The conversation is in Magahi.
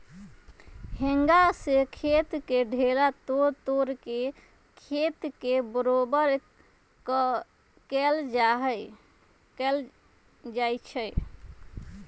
हेंगा से खेत के ढेला तोड़ तोड़ के खेत के बरोबर कएल जाए छै